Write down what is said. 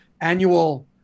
annual